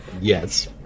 Yes